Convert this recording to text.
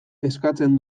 eskatzen